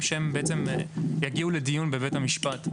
יגיעו לדיון בבית המשפט.